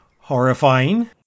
Horrifying